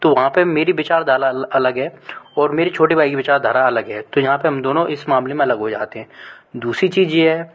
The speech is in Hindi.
तो वहाँ पर मेरी विचारधारा अल अलग है और मेरे छोटे भाई की विचारधारा अलग है तो यहाँ पर हम दोनों इस मामले में अलग हो जाते हैं दूसरी चीज़ ये है